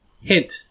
hint